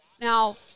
Now